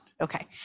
Okay